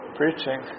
preaching